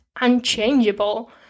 unchangeable